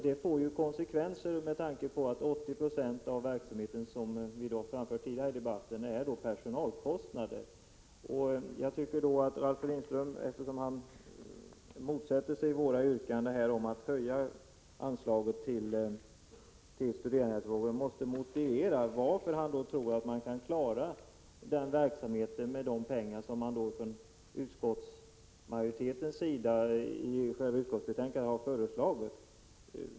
Det får ju konsekvenser med tanke på att 80 96 av kostnaderna för verksamheten — som vi har framfört i debatten tidigare i dag — är personalkostnader. Jag tycker att Ralf Lindström, eftersom han motsätter sig våra yrkanden om att höja anslaget till studerandehälsovården, måste motivera varför han tror att man kan klara oförändrad verksamhet med de pengar som man från utskottets majoritets sida har föreslagit i utskottsbetänkandet.